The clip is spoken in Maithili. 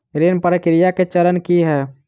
ऋण प्रक्रिया केँ चरण की है?